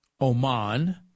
Oman